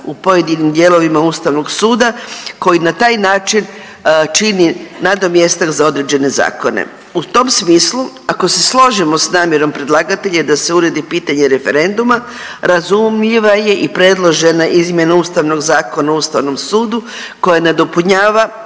u pojedinim dijelovima Ustavnog suda koji na taj način čini nadomjestak za određene zakone. U tom smislu ako se složimo s namjerom predlagatelja da se uredi pitanje referenduma razumljiva je i predložena izmjena Ustavnog zakona o Ustavnom sudu koja nadopunjava